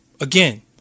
Again